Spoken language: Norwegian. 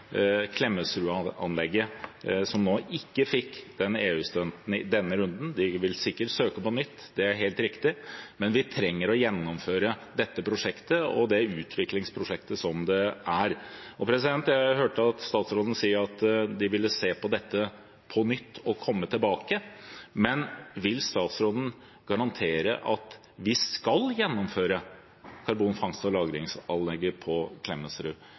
ikke fikk den EU-støtten nå i denne runden. De vil sikkert søke på nytt, det er helt riktig, men vi trenger å gjennomføre dette prosjektet og det utviklingsprosjektet som det er. Jeg hørte statsråden si at de ville se på dette på nytt og komme tilbake. Vil statsråden garantere at vi skal gjennomføre karbonfangst og -lagringsanlegget på Klemetsrud,